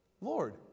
Lord